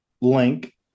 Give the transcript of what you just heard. Link